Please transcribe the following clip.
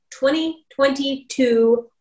2022